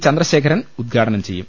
ചന്ദ്രശേഖരൻ ഉദ്ഘാടനം ചെയ്യും